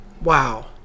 Wow